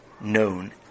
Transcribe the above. Known